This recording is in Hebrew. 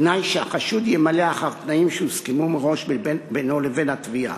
בתנאי שהחשוד ימלא אחר תנאים שהוסכמו מראש בינו לבין התביעה.